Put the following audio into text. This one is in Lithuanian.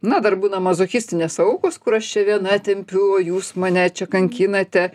na dar būna mazochistinės aukos kur aš čia viena tempiu o jūs mane čia kankinate